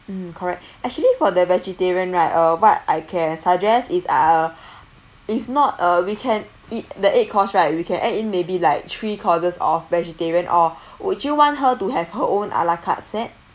mm correct actually for the vegetarian right uh what I can suggest is uh if not uh we can it the eight course right we can add in maybe like three courses of vegetarian or would you want her to have her own a la carte set